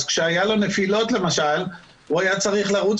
אז כשהיו לו נפילות למשל הוא היה צריך ללכת